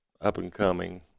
up-and-coming